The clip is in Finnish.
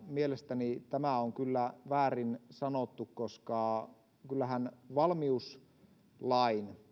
mielestäni tämä on kyllä väärin sanottu koska kyllähän valmiuslain